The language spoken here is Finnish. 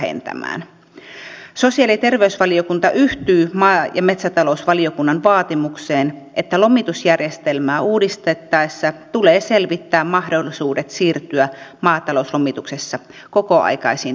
sosiaali ja terveysvaliokunta yhtyy maa ja metsätalousvaliokunnan vaatimukseen että lomitusjärjestelmää uudistettaessa tulee selvittää mahdollisuudet siirtyä maatalouslomituksessa kokoaikaisiin työsuhteisiin